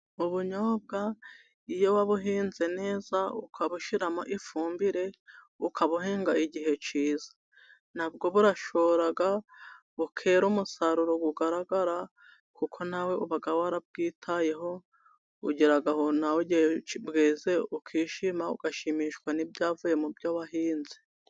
M'ubunyobwa iyo wabuhinze neza ukabushyiraramo ifumbire, ukabuhinga igihe cyiza nabwo burasho bukera umusaruro ugaragara kuko nawe uba warabwitayeho. Ugeraho nawe bweze ukishima ugashimishwa n'ibyavuye mu byo wahinze.